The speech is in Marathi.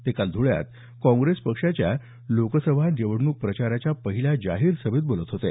ते काल ध्वळ्यात कॉप्रेस पक्षाच्या लोकसभा निवडणूक प्रचाराच्या पहिल्या जाहीर सभेत बोलत होते